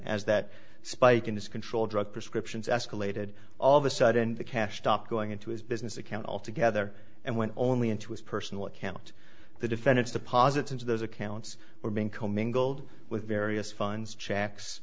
as that spike in his control drug prescriptions escalated all of a sudden the cash stopped going into his business account altogether and went only into his personal account the defendant's deposits into those accounts are being co mingled with various funds checks